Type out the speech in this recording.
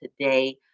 today